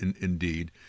indeed